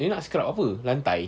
dia nak scrub apa lantai